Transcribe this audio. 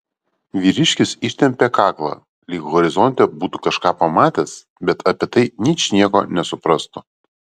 vyriškis ištempė kaklą lyg horizonte būtų kažką pamatęs bet apie tai ničnieko nesuprastų